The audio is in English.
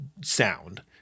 sound